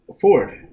Ford